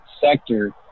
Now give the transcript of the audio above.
sector